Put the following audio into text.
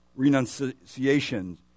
renunciation